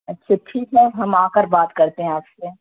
اچھا ٹھیک ہے ہم آ کر بات کرتے ہیں آپ سے